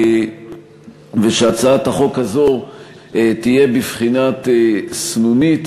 ושהצעת החוק הזאת תהיה בבחינת סנונית